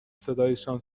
صدایشان